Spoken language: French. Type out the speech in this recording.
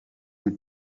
vous